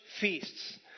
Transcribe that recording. feasts